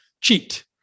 cheat